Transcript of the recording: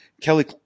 Kelly